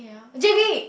j_b